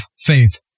faith